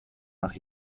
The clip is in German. nach